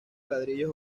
ladrillos